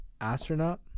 Astronaut